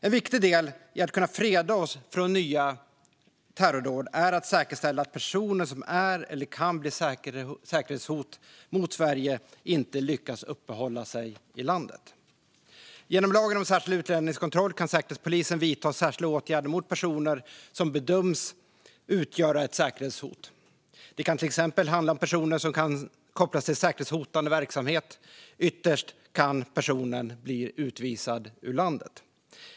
En viktig del i att kunna freda oss mot nya terrordåd är att säkerställa att personer som är eller kan bli ett säkerhetshot mot Sverige inte lyckas uppehålla sig i landet. Genom lagen om särskild utlänningskontroll kan Säkerhetspolisen vidta särskilda åtgärder mot personer som bedöms utgöra ett säkerhetshot. Det kan till exempel handla om personer som kan kopplas till säkerhetshotande verksamhet. Ytterst kan personen bli utvisad ur landet.